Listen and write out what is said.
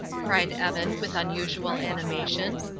cried evan, with unusual animation.